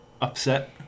upset